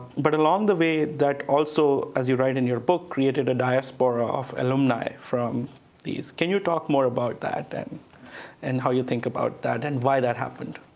but along the way, that also, as you write in your book, created a diaspora of alumni from these. can you talk more about that, and how you think about that, and why that happened?